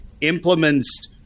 implements